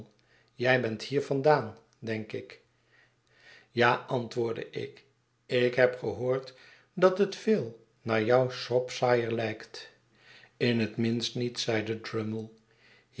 jij bent hier vandaan denk ik ja antwoordde ik ik heb gehoord dat het veel naar jou shropshire gelijkt in het minste niet zeide